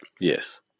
Yes